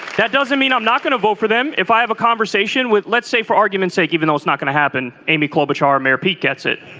that doesn't mean i'm not going to vote for them. if i have a conversation with let's say for argument's sake even i was not going to happen. amy klobuchar mayor pete gets it.